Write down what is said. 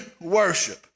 worship